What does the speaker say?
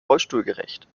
rollstuhlgerecht